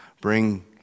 bring